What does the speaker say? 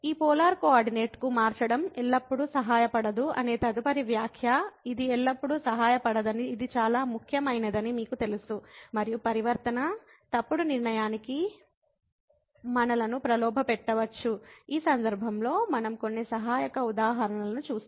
ఈ పోలార్ కోఆర్డినేట్కు మార్చడం ఎల్లప్పుడూ సహాయపడదు అనే తదుపరి వ్యాఖ్య ఇది ఎల్లప్పుడూ సహాయపడదని ఇది చాలా ముఖ్యమైనదని మీకు తెలుసు మరియు పరివర్తన తప్పుడు నిర్ణయానికి మనలను ప్రలోభపెట్టవచ్చు ఈ సందర్భంలో మనం కొన్ని సహాయక ఉదాహరణలను చూస్తాము